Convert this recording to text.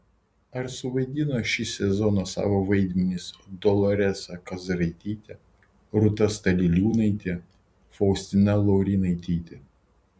ar suvaidino šį sezoną savo vaidmenis doloresa kazragytė rūta staliliūnaitė faustina laurinaitytė